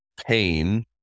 pain